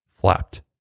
flapped